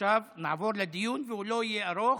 עכשיו נעבור לדיון, והוא לא יהיה ארוך,